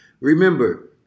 Remember